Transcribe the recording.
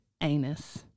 Anus